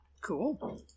cool